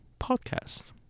podcast